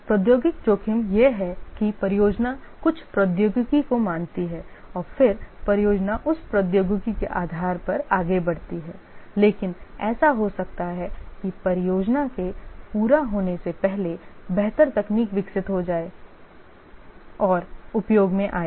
प्रौद्योगिकी जोखिम यह है कि परियोजना कुछ प्रौद्योगिकी को मानती है और फिर परियोजना उस प्रौद्योगिकी के आधार पर आगे बढ़ती है लेकिन ऐसा हो सकता है कि परियोजना के पूरा होने से पहले बेहतर तकनीक विकसित हो जाए और उपयोग में आए